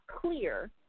clear